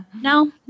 No